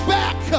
back